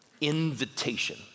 invitation